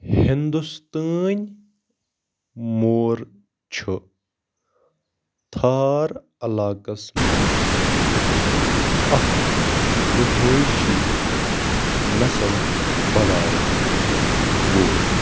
ہندوستٲنۍ مور چھُ تھار علاقَس منٛز اَکھ رہٲیشی نسل بڑاوَن وول